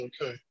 okay